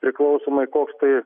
priklausomai koks tai